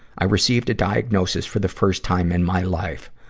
i received a diagnosis for the first time in my life,